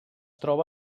troba